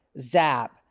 zap